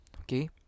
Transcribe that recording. Okay